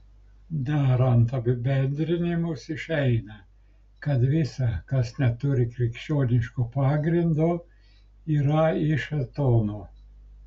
darant apibendrinimus išeina kad visa kas neturi krikščioniško pagrindo yra iš šėtono